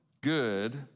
good